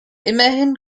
immerhin